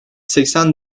seksen